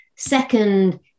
second